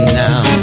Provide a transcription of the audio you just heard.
now